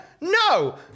No